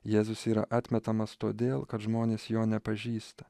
jėzus yra atmetamas todėl kad žmonės jo nepažįsta